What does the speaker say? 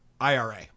IRA